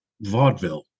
vaudeville